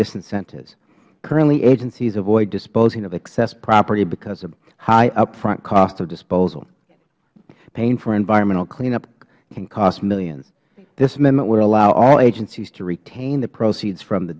disincentives currently agencies avoid disposing of excess property because of high up front cost of disposal paying for environmental cleanup can cost millions this amendment would allow all agencies to retain the proceeds from the